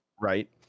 right